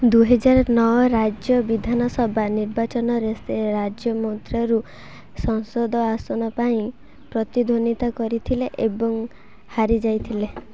ଦୁଇହଜାର ନଅ ରାଜ୍ୟ ବିଧାନସଭା ନିର୍ବାଚନରେ ସେ ରାଜମୁଦ୍ରାରୁ ସଂସଦ ଆସନ ପାଇଁ ପ୍ରତିଦ୍ୱନ୍ଦ୍ୱିତା କରିଥିଲେ ଏବଂ ହାରି ଯାଇଥିଲେ